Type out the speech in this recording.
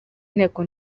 inteko